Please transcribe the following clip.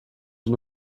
and